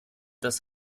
das